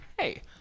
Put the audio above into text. Hey